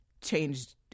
changed